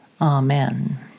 amen